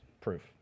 proof